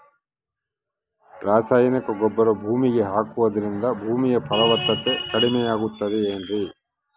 ರಾಸಾಯನಿಕ ಗೊಬ್ಬರ ಭೂಮಿಗೆ ಹಾಕುವುದರಿಂದ ಭೂಮಿಯ ಫಲವತ್ತತೆ ಕಡಿಮೆಯಾಗುತ್ತದೆ ಏನ್ರಿ?